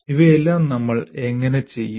ഇവയെല്ലാം നമ്മൾ എങ്ങനെ ചെയ്യും